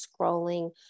scrolling